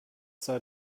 sei